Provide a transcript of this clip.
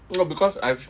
no because I've